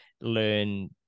learn